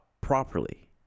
properly